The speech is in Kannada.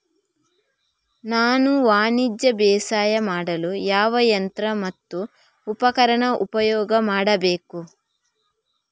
ನಾನು ವಾಣಿಜ್ಯ ಬೇಸಾಯ ಮಾಡಲು ಯಾವ ಯಂತ್ರ ಮತ್ತು ಉಪಕರಣ ಉಪಯೋಗ ಮಾಡಬೇಕು?